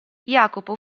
jacopo